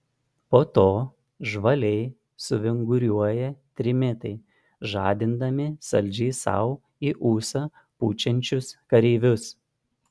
po to žvaliai suvinguriuoja trimitai žadindami saldžiai sau į ūsą pučiančius kareivius